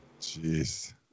Jeez